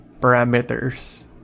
parameters